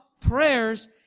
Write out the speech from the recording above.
prayers